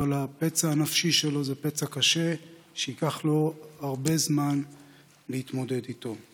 אבל הפצע הנפשי שלו זה פצע קשה שייקח לו הרבה זמן להתמודד איתו.